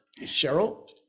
Cheryl